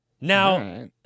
Now